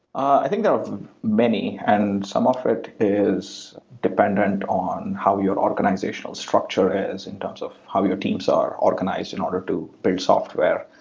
i think there are many, and some of is dependent on how your organizational structure is in terms of how your teams are organized in order to build software.